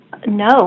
No